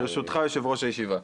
ברשותך, יושב-ראש הישיבה,